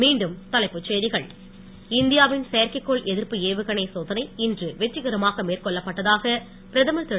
மீண்டும்தலைப்புச் செய்திகள் இந்தியாவின் செயற்கைகோள் எதிர்ப்பு ஏவுகணை சோதனை இன்று வெற்றிகரமாக மேற்கொள்ளப்பட்டதாக பிரதமர் திரு